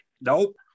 nope